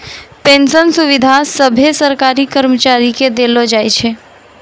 pension सुविधा सभे सरकारी कर्मचारी के देलो जाय छै